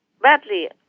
badly